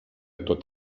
tot